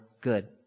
good